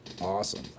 Awesome